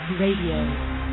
Radio